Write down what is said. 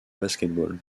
basketball